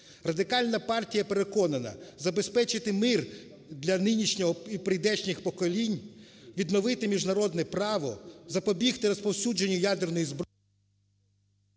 Радикальна партія переконана: забезпечити мир для нинішнього і прийдешніх поколінь, відновити міжнародне право, запобігти розповсюдженню ядерної зброї…